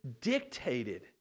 dictated